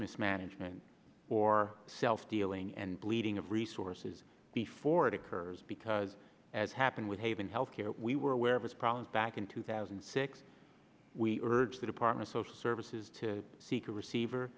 mismanagement or self dealing and bleeding of resources before or it occurs because as happened with haven health care we were aware of its problems back in two thousand and six we urged the department social services to seek a receiver